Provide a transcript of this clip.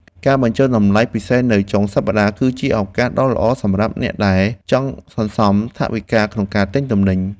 ការបញ្ចុះតម្លៃពិសេសនៅថ្ងៃចុងសប្តាហ៍គឺជាឱកាសដ៏ល្អសម្រាប់អ្នកដែលចង់សន្សំថវិកាក្នុងការទិញទំនិញ។